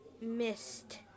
missed